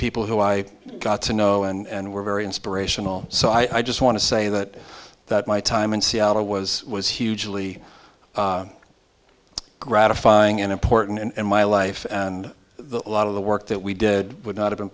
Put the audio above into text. people who i got to know and were very inspirational so i just want to say that that my time in seattle was was hugely gratifying and important and my life and the a lot of the work that we did would not have been